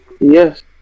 Yes